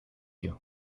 you